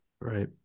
Right